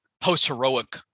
post-heroic